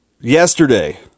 yesterday